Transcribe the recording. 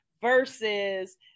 versus